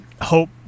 hope